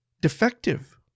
defective